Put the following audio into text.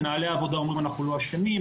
מנהלי עבודה אומרים: אנחנו לא אשמים,